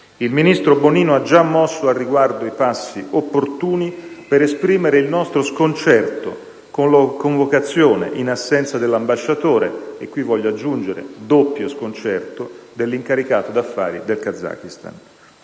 Il ministro Bonino ha già mosso al riguardo i passi opportuni per esprimere il nostro sconcerto con la convocazione, in assenza dell'ambasciatore (e qui voglio aggiungere: doppio sconcerto), dell'incaricato d'affari del Kazakistan.